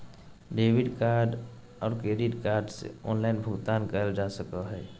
debit और credit card से online भुगतान करल जा सको हय